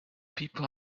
people